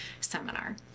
seminar